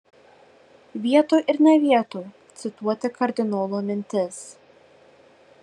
vietoj ir ne vietoj cituoti kardinolo mintis